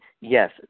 yes